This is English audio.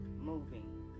moving